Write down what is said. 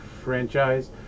franchise